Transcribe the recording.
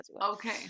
Okay